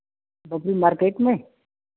बबुरी market में